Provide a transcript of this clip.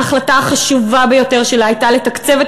ההחלטה החשובה ביותר שלה הייתה לתקצב את